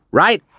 right